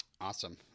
awesome